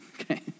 okay